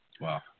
Wow